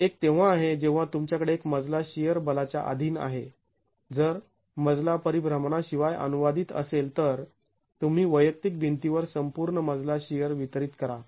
एक तेव्हा आहे जेव्हा तुमच्याकडे एक मजला शिअर बलाच्या अधीन आहे जर मजला परिभ्रमणा शिवाय अनुवादीत असेल तर तुम्ही वैयक्तिक भिंतीवर संपूर्ण मजला शिअर वितरित करा